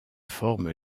forment